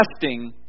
testing